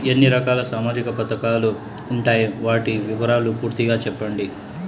ఎన్ని రకాల సామాజిక పథకాలు ఉండాయి? వాటి వివరాలు పూర్తిగా సెప్పండి?